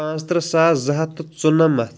پانٛژترٕٛہ ساس زٕ ہَتھ تہٕ ژُنَمَتھ